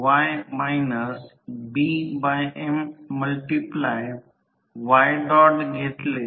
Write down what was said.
तर हे बरेच आणि I m 200 300 हे असेल